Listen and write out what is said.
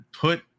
put